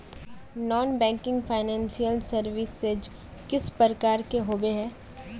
Non banking financial services किस प्रकार के होबे है?